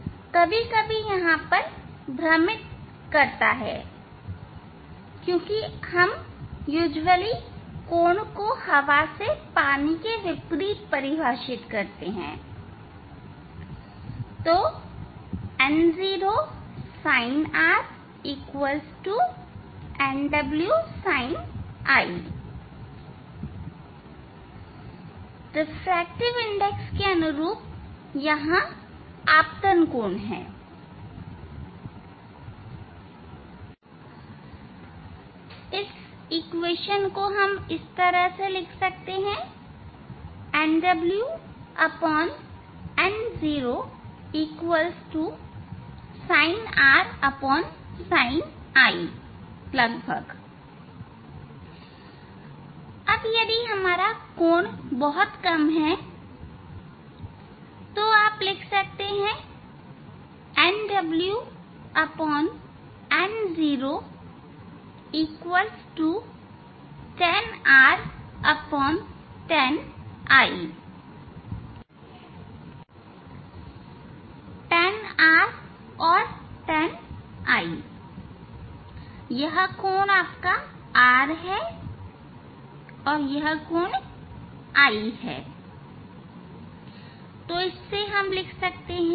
ठीक है कभी कभी यहां यहां पर भ्रमित करता है क्योंकि हम आदतन कोण को हवा से पानी में विपरीत परिभाषित करते हैं no sinr nwsini refractive index के अनुरूप यहां आपतन कोण है तो nw no sin r sin i लगभग यदि कोण बहुत कम है तो आप लिख सकते हैं nw no tan r tan i tan r और tan i यह कोण r है और यह कोण i है